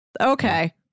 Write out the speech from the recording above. okay